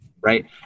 Right